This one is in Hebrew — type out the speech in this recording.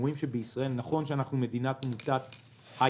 בישראל נכון שאנחנו מדינת הייטק